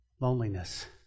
Loneliness